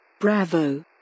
Bravo